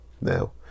Now